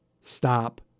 stop